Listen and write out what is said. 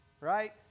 Right